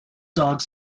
dogs